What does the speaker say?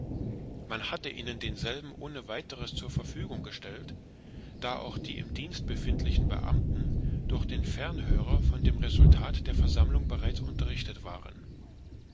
man hatte ihnen denselben ohne weiteres zur verfügung gestellt da auch die im dienst befindlichen beamten durch den fernhörer von dem resultat der versammlung bereits unterrichtet waren